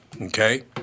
Okay